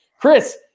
Chris